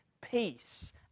peace